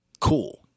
cool